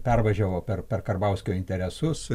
pervažiavo per per karbauskio interesus